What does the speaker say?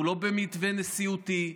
אנחנו לא במתווה נשיאותי.